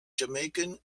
jamaican